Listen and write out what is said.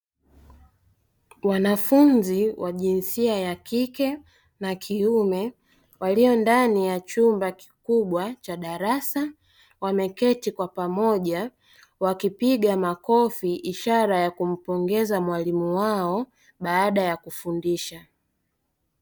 Wanafunzi wa jinsia ya kike na kiume walio ndani ya chumba kikubwa cha darasa, wameketi kwa pamoja wakipiga makofi ishara ya kumpongeza mwalimu wao baada ya kufundisha.